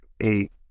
eight